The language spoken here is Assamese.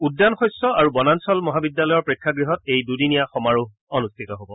উদ্যান শস্য আৰু বনাঞ্চল মহাবিদ্যালয়ৰ প্ৰেক্ষাগৃহত এই দুদিনীয়া সমাৰোহ অনুষ্ঠিত হ'ব